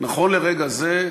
נכון לרגע זה,